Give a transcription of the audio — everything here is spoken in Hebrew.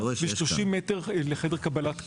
ו-30 מטרים לחדר קבלת קהל.